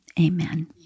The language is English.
amen